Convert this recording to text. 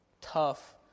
tough